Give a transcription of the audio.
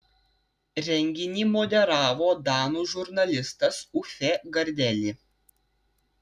renginį moderavo danų žurnalistas uffe gardeli